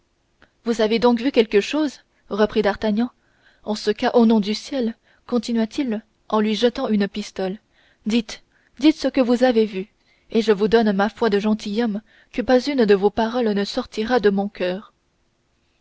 vous avez donc vu quelque chose reprit d'artagnan en ce cas au nom du ciel continua-t-il en lui jetant une pistole dites dites ce que vous avez vu et je vous donne ma foi de gentilhomme que pas une de vos paroles ne sortira de mon coeur